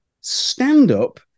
stand-up